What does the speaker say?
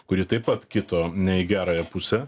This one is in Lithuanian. kuri taip pat kito ne į gerąją pusę